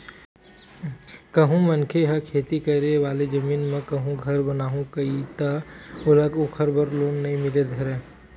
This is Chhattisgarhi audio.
कहूँ मनखे ह खेती करे वाले जमीन म कहूँ घर बनाहूँ कइही ता ओला ओखर बर लोन नइ मिले बर धरय